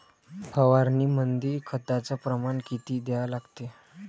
फवारनीमंदी खताचं प्रमान किती घ्या लागते?